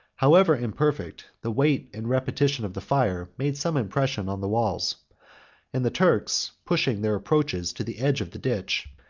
however imperfect, the weight and repetition of the fire made some impression on the walls and the turks, pushing their approaches to the edge of the ditch,